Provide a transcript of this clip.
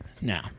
Now